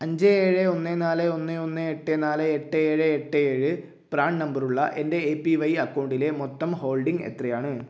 അഞ്ച് ഏഴ് ഒന്ന് നാല് ഒന്ന് ഒന്ന് എട്ട് നാല് എട്ട് ഏഴ് എട്ട് ഏഴ് പ്രാൻ നമ്പർ ഉള്ള എൻ്റെ എ പി വൈ അക്കൗണ്ടിലെ മൊത്തം ഹോൾഡിംഗ് എത്രയാണ്